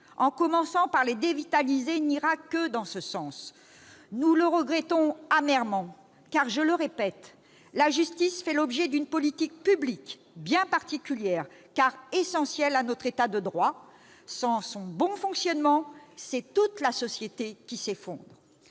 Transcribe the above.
en commençant par leur dévitalisation, n'ira que dans ce sens. Nous le regrettons amèrement. En effet, la justice, je le répète, fait l'objet d'une politique publique bien particulière, car elle est essentielle à notre État de droit : sans son bon fonctionnement, c'est toute la société qui s'effondre